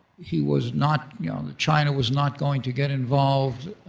he was not, that china was not going to get involved